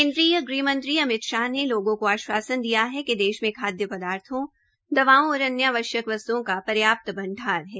केन्द्रीय गृहमंत्री अमित शाम ने लोगों को आशवासन दिया है कि देश में खाद्य पदार्थो दवाओं और अन्य वस्त्ओं का पर्याप्त भंडार है